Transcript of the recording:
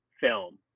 film